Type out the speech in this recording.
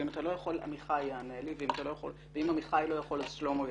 ואם אתה לא יכול עמיחי יענה לי ואם עמיחי לא יכול אז שלמה יענה.